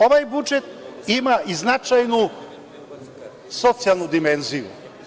Ovaj budžet ima i značajnu socijalnu dimenziju.